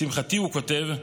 לשמחתי, הוא כותב,